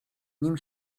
nim